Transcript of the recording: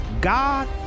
God